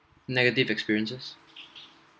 negative experiences